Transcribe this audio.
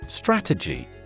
Strategy